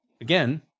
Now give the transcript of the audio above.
again